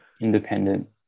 independent